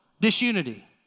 Disunity